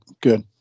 good